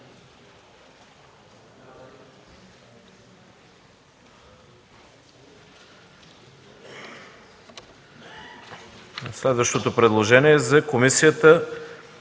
Следващото предложение е за Комисията